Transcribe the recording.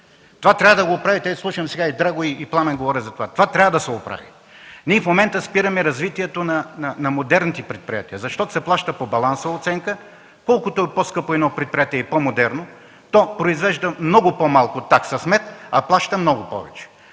говорят за това. Това трябва да се оправи! В момента спираме развитието на модерните предприятия, защото се плаща по балансова оценка и колкото е по-скъпо и по-модерно едно предприятие, то произвежда много по-малко такса смет, а плаща много повече.